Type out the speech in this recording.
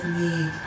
need